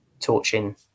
torching